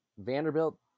Vanderbilt